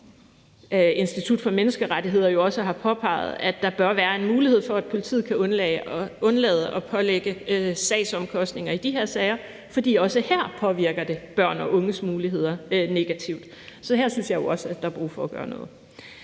Institut for Menneskerettigheder også har påpeget, bør der være en mulighed for, at politiet kan undlade at pålægge sagsomkostninger i de her sager, fordi det også her påvirker børn og unges muligheder negativt. Så her synes jeg jo også, der er brug for at gøre noget.